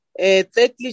Thirdly